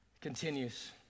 Continues